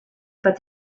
about